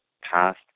past